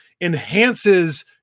enhances